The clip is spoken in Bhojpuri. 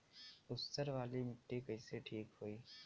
ऊसर वाली मिट्टी कईसे ठीक होई?